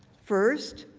first,